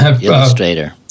Illustrator